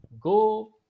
go